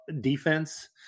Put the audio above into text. defense